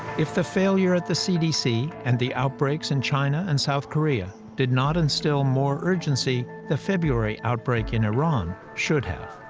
if the failure at the cdc and the outbreaks in china and south korea did not instill more urgency, the february outbreak in iran should have.